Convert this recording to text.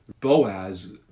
Boaz